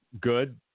good